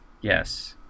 yes